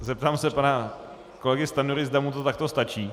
Zeptám se pana kolegy Stanjury, zda mu to takto stačí.